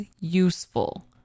useful